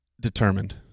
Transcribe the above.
determined